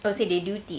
oh so they do teach